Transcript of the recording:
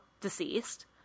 deceased